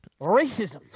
racism